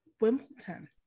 Wimbledon